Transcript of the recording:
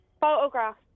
photograph